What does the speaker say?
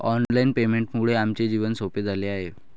online पेमेंटमुळे आमचे जीवन सोपे झाले आहे